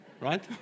right